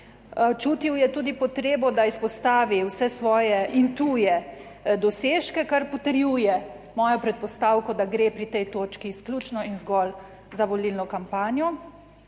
Čutil je tudi potrebo, da izpostavi vse svoje in tuje dosežke, kar potrjuje mojo predpostavko, da gre pri tej točki izključno in zgolj za volilno kampanjo.